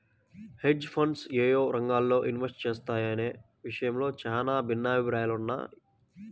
hedge funds యేయే రంగాల్లో invest చేస్తాయనే విషయంలో చానా భిన్నాభిప్రాయాలున్నయ్